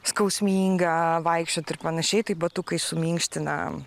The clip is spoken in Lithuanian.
skausminga vaikščiot ir panašiai tai batukai suminkština